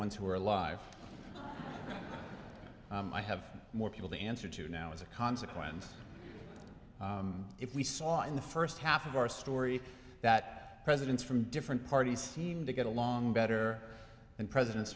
ones who are alive i have more people to answer to now as a consequence if we saw in the first half of our story that presidents from different parties seem to get along better than president